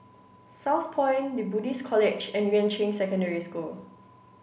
Southpoint The Buddhist College and Yuan Ching Secondary School